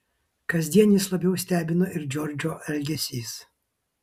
kasdien vis labiau stebino ir džordžo elgesys